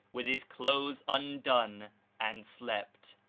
with his clothes undone and slept,